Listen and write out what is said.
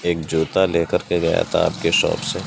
ایک جوتا لے کر کے گیا تھا آپ کے شاپ سے